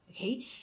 okay